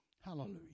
Hallelujah